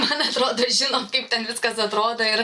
man atrodo žinom kaip ten viskas atrodo ir